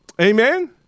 Amen